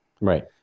Right